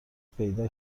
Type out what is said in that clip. پیدا